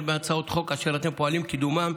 הן בהצעות חוק אשר אתם פועלים לקידומן.